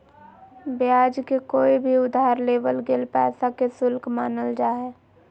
ब्याज के कोय भी उधार लेवल गेल पैसा के शुल्क मानल जा हय